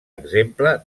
exemple